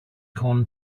corn